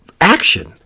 action